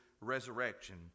resurrection